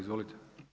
Izvolite.